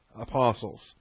apostles